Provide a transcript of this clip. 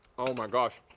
oh, my gosh.